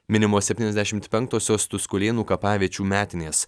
minimos septyniasdešimt penktosios tuskulėnų kapaviečių metinės